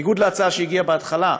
בניגוד להצעה שהגיעה בהתחלה,